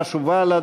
חד"ש ובל"ד.